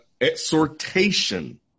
exhortation